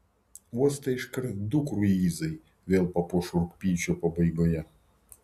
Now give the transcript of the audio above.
uostą iškart du kruizai vėl papuoš rugpjūčio pabaigoje